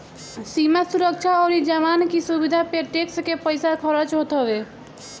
सीमा सुरक्षा अउरी जवान की सुविधा पे टेक्स के पईसा खरच होत हवे